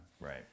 Right